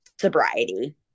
sobriety